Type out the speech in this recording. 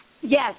Yes